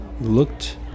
looked